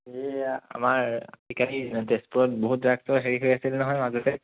এইয়া আমাৰ তেজপুৰত বহুত হেৰি হৈ আছিল নহয় মাজতে